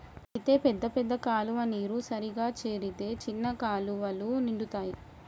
అయితే పెద్ద పెద్ద కాలువ నీరు సరిగా చేరితే చిన్న కాలువలు నిండుతాయి